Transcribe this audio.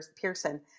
Pearson